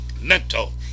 mental